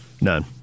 None